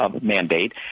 Mandate